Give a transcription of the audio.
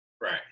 Right